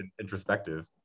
introspective